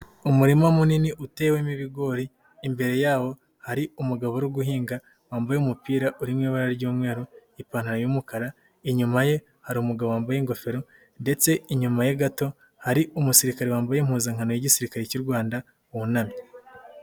Umurima munini utewemo ibigori, imbere yawo hari umugabo uri guhinga wambaye umupira uri mu ibara ry'umweru, ipantaro y'umukara, inyuma ye hari umugabo wambaye ingofero ndetse inyuma ye gato hari umusirikare wambaye impuzankano y'Igisirikare cy'u Rwanda wunamye.